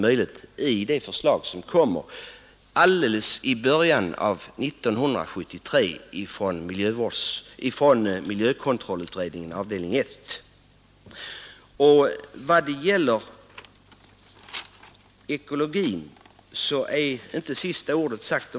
Detta är förklaringen till att vi från centerpartiets sida ställt oss bakom utskottsmajoritetens förslag. I vad gäller ekologin är nog ännu inte sista ordet sagt.